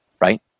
right